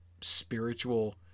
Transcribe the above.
spiritual